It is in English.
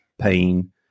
pain